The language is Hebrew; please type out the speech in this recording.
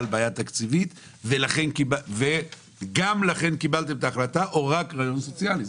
בעיה תקציבית וגם לכן קיבלתם את ההחלטה או רק רעיון סוציאלי?